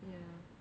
ya